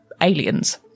aliens